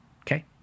okay